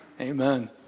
Amen